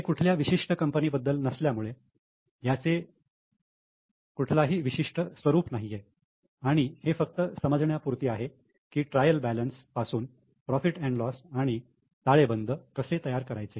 हे कुठल्या विशिष्ट कंपनी बद्दल नसल्यामुळे याचे कुठलाही विशिष्ट स्वरूप नाहीये आणि हे फक्त समजण्या पुरती आहे की ट्रायल बॅलन्स पासून profit and loss profit loss आणि ताळेबंद कसे तयार करायचे